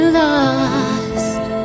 lost